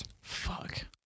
Fuck